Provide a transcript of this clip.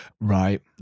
Right